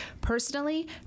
personally